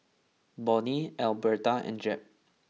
Bonny Albertha and Jeb